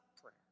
prayer